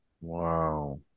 Wow